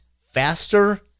faster